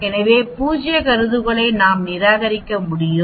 எனவே பூஜ்ய கருதுகோளை நாம் நிராகரிக்க முடியும்